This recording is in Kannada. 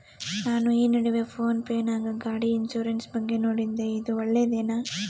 ನಾನು ಈ ನಡುವೆ ಫೋನ್ ಪೇ ನಾಗ ಗಾಡಿ ಇನ್ಸುರೆನ್ಸ್ ಬಗ್ಗೆ ನೋಡಿದ್ದೇ ಇದು ಒಳ್ಳೇದೇನಾ?